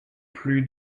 plus